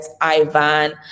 Ivan